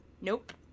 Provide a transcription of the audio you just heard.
Nope